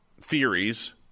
theories